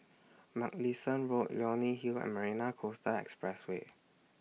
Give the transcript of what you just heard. Mugliston Road Leonie Hill and Marina Coastal Expressway